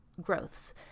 growths